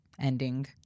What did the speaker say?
ending